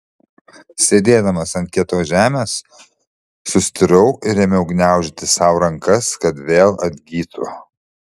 sėdėdamas ant kietos žemės sustirau ir ėmiau gniaužyti sau rankas kad vėl atgytų